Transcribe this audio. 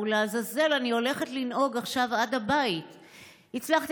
ואחרי שבוע נוסף אני שואלת את עצמי: איך ממשיכים מכאן?